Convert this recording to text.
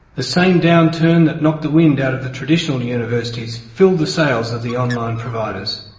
the same downturn that knocked the wind out of the traditional universities filled the sails of the online providers.